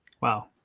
Wow